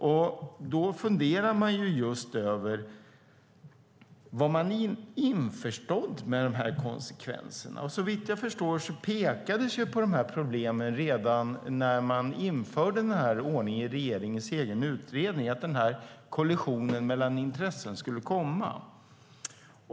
Jag undrar om man var införstådd med dessa konsekvenser. Såvitt jag förstår pekades det på problemen redan i regeringens egen utredning när man införde denna ordning, att denna kollision mellan intressen skulle komma.